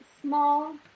small